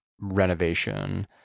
renovation